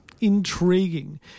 intriguing